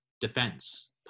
defense